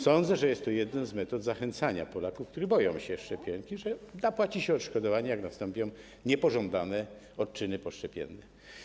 Sądzę, że jest to jedna z metod zachęcania Polaków, którzy boją się szczepień - że zapłaci się odszkodowanie, jak nastąpią niepożądane odczyny poszczepienne.